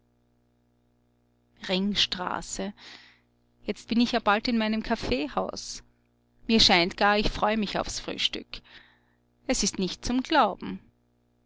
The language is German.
ringstraße jetzt bin ich ja bald in meinem kaffeehaus mir scheint gar ich freu mich aufs frühstück es ist nicht zum glauben